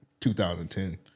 2010